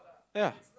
ya